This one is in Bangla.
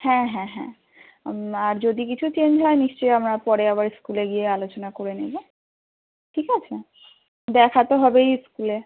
হ্যাঁ হ্যাঁ হ্যাঁ আর যদি কিছু চেঞ্জ হয় নিশ্চয়ই আমরা পরে আবার স্কুলে গিয়ে আলোচনা করে নেবো ঠিক আছে দেখা তো হবেই স্কুলে